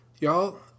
Y'all